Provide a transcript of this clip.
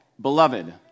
beloved